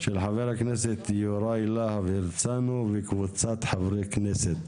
של חבר הכנסת יוראי להב הרצנו מקבוצת חברי כנסת.